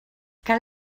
cal